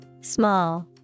small